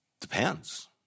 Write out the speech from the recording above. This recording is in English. Depends